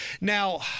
Now